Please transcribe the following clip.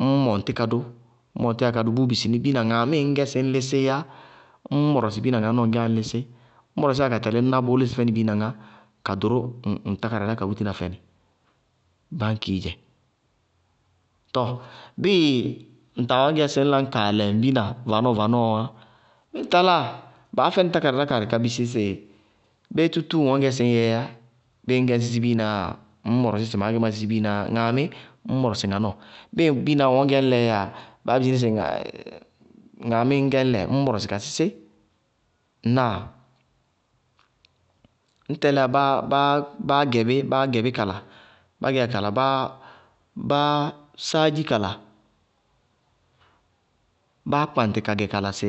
Ññ mɔŋ tí kadʋ bʋʋ bisí ní sɩ ŋaamíí ŋñgɛ sɩ ñ lísííyá? Ññ mɔrɔsɩ biina ŋaánɔɔ ŋŋ gɛyá ñ lísí. Ñ mɔrɔsíya ka tɛlɩ ŋñná bʋʋ lísɩ fɛnɩ biina ŋá ka ɖʋrʋ ŋ tákáradá ka bútina fɛnɩ. Báñkií dzɛ. Tɔɔ bíɩ ŋtaa wɛ ŋñgɛ sɩ ñ la kaa lɛ ŋ biina vanɔɔ-vanɔɔ wá, bíɩ ŋ taláa, baá fɛnɩ tákáradá karɩ, ka bisí sɩ bé tútúú ŋwɛ ŋñ gɛ sɩ ñ yɛɛ yá, bíɩ ŋñ gɛ ñ sísí biina yáa, ŋñ mɔrɔsɩ sɩ maá gɛ má sísí biina. Ŋaamí, ññ mɔrɔsɩ ŋá nɔɔ. Bíɩ biinaá ŋñ gɛ ñ lɛɛ yáa, baá bisí nɩ sɩ ŋaamíí ŋñgɛ ñ lɛ, ññ mɔrɔsɩ ka sísí. Ŋnáa? Ñ tɛlíya báá gɛ bí, báá gɛ bí kala, bá gɛyá kala, báá sáádzi kala, báá kpaŋtɩ ka gɛ kala sɩ